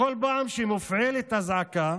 בכל פעם שמופעלת אזעקה